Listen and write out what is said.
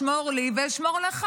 שמור לי ואשמור לך.